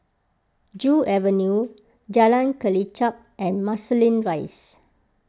Joo Avenue Jalan Kelichap and Marsiling Rise